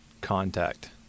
contact